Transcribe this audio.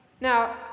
Now